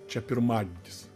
čia pirmadienis